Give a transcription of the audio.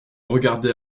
regardai